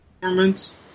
performance